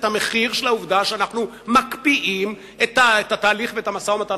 את המחיר של העובדה שאנחנו מקפיאים את התהליך ואת המשא-ומתן